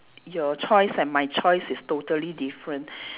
your choice and my choice is totally different